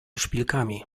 szpilkami